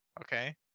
Okay